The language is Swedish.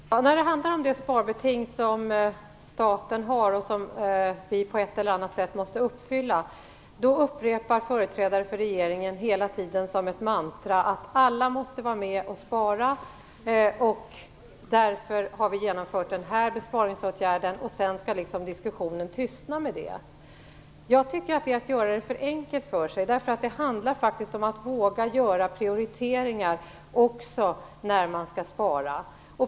Herr talman! När det handlar om det sparbeting som staten har och som vi på ett eller annat sätt måste uppfylla upprepar företrädare för regeringen hela tiden, som ett mantra, att alla måste vara med och spara. Därför har man genomfört den här besparingsåtgärden. I och med det skall diskussionen tystna. Jag tycker att man gör det för enkelt för sig. Det handlar faktiskt om att våga göra prioriteringar också när man skall spara.